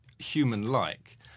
human-like